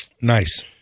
Nice